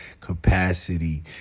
capacity